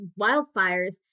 wildfires